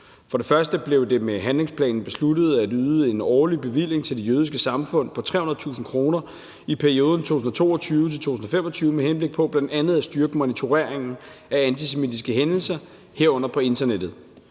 Det blev med handlingsplanen besluttet at yde en årlig bevilling til det jødiske samfund på 300.000 kr. i perioden 2022 til 2025 med henblik på bl.a. at styrke monitoreringen af antisemitiske hændelser, herunder på internettet.